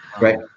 Right